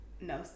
No